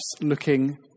looking